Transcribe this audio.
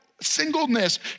singleness